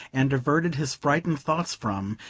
and averted his frightened thoughts from,